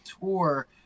tour